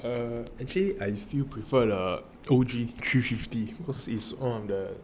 err actually I still prefer the O_G three fifty because is one of the